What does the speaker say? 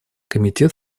комитет